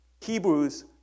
Hebrews